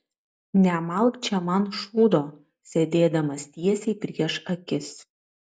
nemalk čia man šūdo sėdėdamas tiesiai prieš akis